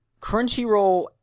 Crunchyroll